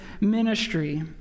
ministry